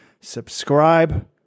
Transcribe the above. subscribe